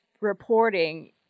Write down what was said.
reporting